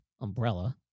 umbrella